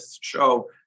show